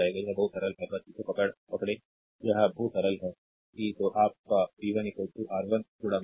यह बहुत सरल है बस इसे पकड़ें यह बहुत सरल है कि तो आप का v 1 R1 i